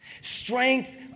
Strength